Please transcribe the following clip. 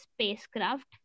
spacecraft